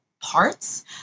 parts